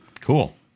Cool